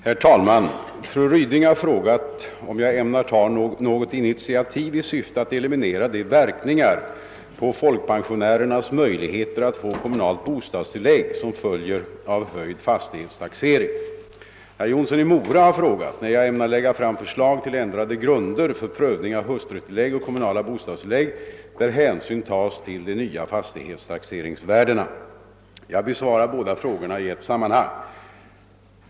Herr talman! Fru Ryding har frågat om jag ämnar ta något initiativ i syfte att eliminera de verkningar på folkpensionärernas möjligheter att få kommunalt bostadstillägg som följer av höjd fastighetstaxering. Herr Jonsson i Mora har frågat när jag ämnar lägga fram förslag till ändrade grunder för prövning av hustrutilllägg och kommunala bostadstillägg, där hänsyn tas till de nya fastighetstaxeringsvärdena. Jag besvarar båda frågorna i ett sammanhang.